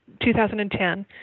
2010 –